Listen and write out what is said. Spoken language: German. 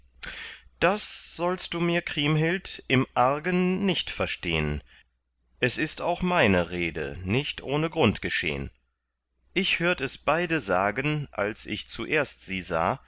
das sollst du mir kriemhild im argen nicht verstehn es ist auch meine rede nicht ohne grund geschehn ich hört es beide sagen als ich zuerst sie sah